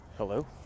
hello